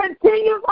continue